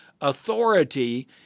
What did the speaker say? authority